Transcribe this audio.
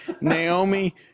Naomi